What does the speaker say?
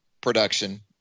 production